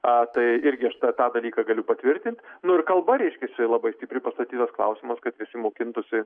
a tai irgi aš tą dalyką galiu patvirtint nu ir kalba reiškiasi labai stipriai pastatytas klausimas kad visi mokintųsi